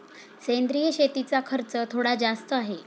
सेंद्रिय शेतीचा खर्च थोडा जास्त आहे